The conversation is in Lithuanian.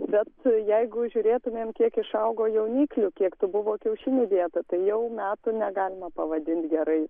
bet jeigu žiūrėtumėm kiek išaugo jauniklių kiek tų buvo kiaušinių dėta tai jau metų negalima pavadinti gerais